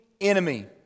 enemy